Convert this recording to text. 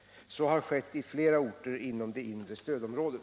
Så har skett i flera orter inom det inre stödområdet.